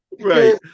right